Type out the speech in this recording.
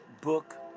book